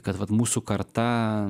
kad vat mūsų karta